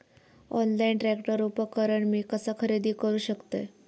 Online tractor उपकरण मी कसा खरेदी करू शकतय?